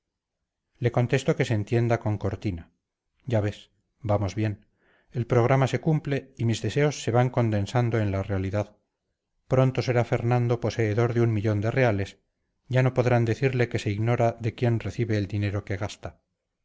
le contesto que se entienda con cortina ya ves vamos bien el programa se cumple y mis deseos se van condensando en la realidad pronto será fernando poseedor de un millón de reales ya no podrán decirle que se ignora de quién recibe el dinero que gasta